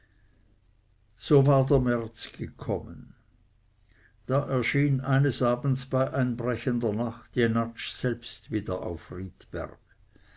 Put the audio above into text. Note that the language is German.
so war der märz gekommen da erschien eines abends bei einbrechender nacht jenatsch selbst wieder auf riedberg